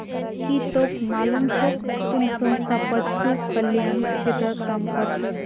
की तोक मालूम छोक कुन संस्था पशु कल्याण क्षेत्रत काम करछेक